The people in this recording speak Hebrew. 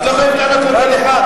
את לא חייבת לענות לכל אחד.